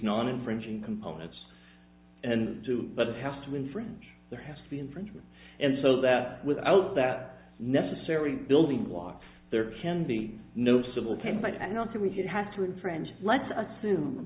non infringing components too but it has to infringe there has to be infringement and so that without that necessary building blocks there can be no civil came by and i don't think we should have to infringe let's assume